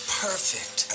perfect